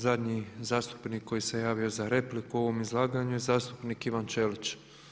Zadnji zastupnik koji se javio za repliku u ovom izlaganju je zastupnik Ivan Čelić.